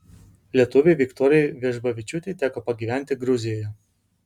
lietuvei viktorijai vežbavičiūtei teko pagyventi gruzijoje